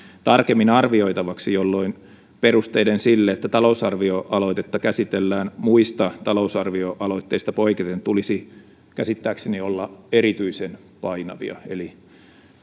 tarkemmin arvioitavaksi jolloin perusteiden sille että talousarvioaloitetta käsitellään muista talousarvioaloitteista poiketen tulisi käsittääkseni olla erityisen painavia eli